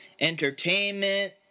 entertainment